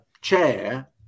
chair